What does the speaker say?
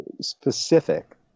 specific